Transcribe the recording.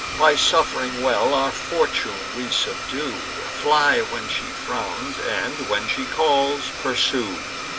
by suff'ring well, our fortune we subdue fly when she frowns, and, when she calls, pursue.